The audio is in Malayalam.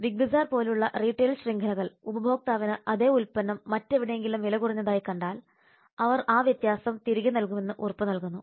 ബിഗ് ബസാർ പോലുള്ള റീട്ടെയിൽ ശൃംഖലകൾ ഉപഭോക്താവിന് അതേ ഉൽപ്പന്നം മറ്റെവിടെയെങ്കിലും വിലകുറഞ്ഞതായി കണ്ടാൽ അവർ ആ വ്യത്യാസം തിരികെ നൽകുമെന്ന് ഉറപ്പ് നൽകുന്നു